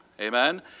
amen